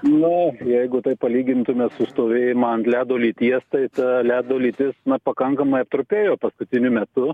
na jeigu tai palygintume su stovėjimu ant ledo lyties tai ta ledo lytis na pakankamai aptrupėjo paskutiniu metu